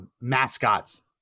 mascots